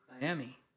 Miami